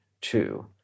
Two